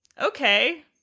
okay